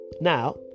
Now